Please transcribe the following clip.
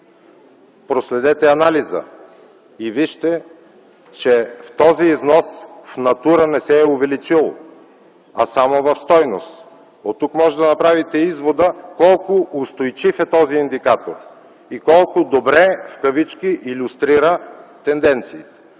Проследете анализа и вижте, че този износ в натура не се е увеличил, а само в стойност. Оттук може да направите извода колко устойчив е този индикатор и колко добре „илюстрира” тенденциите.